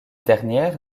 dernière